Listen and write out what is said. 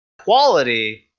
quality